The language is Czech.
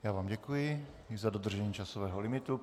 Já vám děkuji i za dodržení časového limitu.